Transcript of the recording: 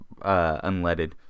Unleaded